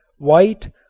white,